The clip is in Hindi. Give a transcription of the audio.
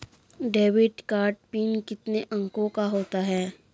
डेबिट कार्ड पिन कितने अंकों का होता है?